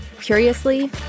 Curiously